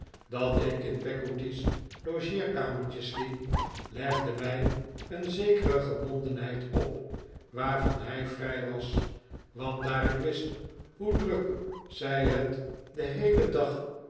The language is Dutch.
dat ik in peggotty's logeerkamertje sliep legde mij een zekere gebondenheid op waarvan hij vrij was want daar ik wist hoe druk zij het den heelen dag